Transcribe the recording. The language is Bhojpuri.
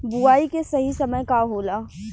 बुआई के सही समय का होला?